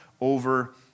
over